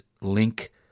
Link